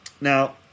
Now